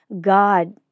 God